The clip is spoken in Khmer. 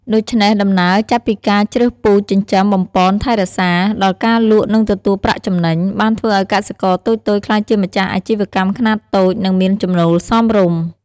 ដូច្នេះ ដំណើរចាប់ពីការជ្រើសពូជ ចិញ្ចឹម បំប៉ន ថែរក្សា ដល់ការលក់និងទទួលប្រាក់ចំណេញ បានធ្វើឲ្យកសិករតូចៗក្លាយជាម្ចាស់អាជីវកម្មខ្នាតតូច និងមានចំណូលសមរម្យ។